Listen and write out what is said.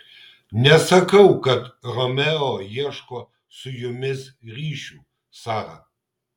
nesakau kad romeo ieško su jumis ryšių sara